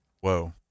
Whoa